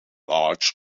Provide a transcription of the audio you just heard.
large